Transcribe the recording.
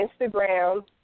Instagram